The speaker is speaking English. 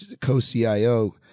co-CIO